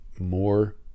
more